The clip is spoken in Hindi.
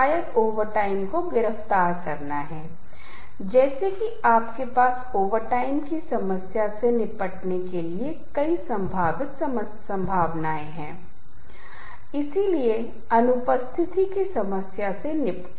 अब यह कुछ ऐसा है जो हमने जब कवर किया था जब हम पहले पाठ में एनिमेशन के बारे में बात कर रहे थेलेकिन जब संगीत उसके साथ होता है तो यह किस तरह का महत्वपूर्ण अंतर बनाता है यह कुछ ऐसा है जिसे हम अभी पहचानने का प्रयास करेंगे